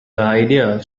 ideas